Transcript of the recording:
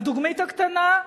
הדוגמית הקטנה,